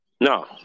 No